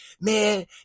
Man